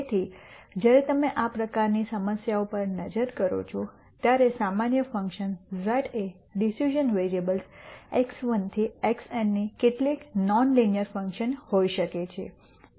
તેથી જ્યારે તમે આ પ્રકારની સમસ્યાઓ પર નજર કરો છો ત્યારે સામાન્ય ફંક્શન z એ ડિસિઝન વેરીએબલ્સ x1 થી xn ની કેટલીક નોન લિનિયર ફંક્શન હોઈ શકે છે